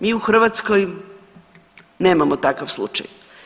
Mi u Hrvatskoj nemamo takav slučaj.